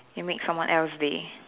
you make someone else day